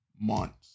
months